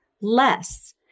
less